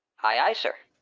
aye, aye, sir.